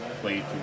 played